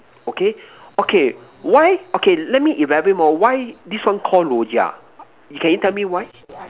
okay okay why okay let me elaborate more why this one Call Rojak can you tell me why